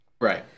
Right